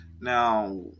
Now